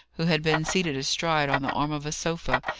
who had been seated astride on the arm of a sofa,